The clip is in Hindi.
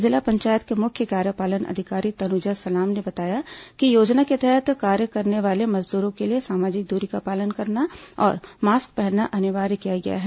जिला पंचायत के मुख्य कार्यपालन अधिकारी तनूजा सलाम ने बताया कि योजना के तहत कार्य करने वाले मजदूरों के लिए सामाजिक दूरी का पालन करना और मास्क पहनना अनिवार्य किया गया है